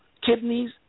kidneys